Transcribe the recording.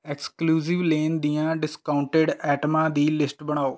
ExclusiveLane ਦੀਆਂ discounted ਆਇਟਮਾਂ ਦੀ ਲਿਸਟ ਬਣਾਓ